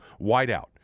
wideout